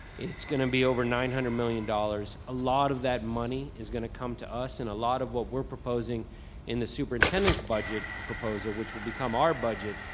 it's gonna be over nine hundred million dollars. a lot of that money is going to come to us, and a lot of what we're proposing in the superintendent's budget proposal, which will become our budget,